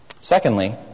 Secondly